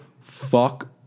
fuck